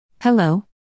Hello